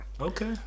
Okay